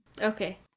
okay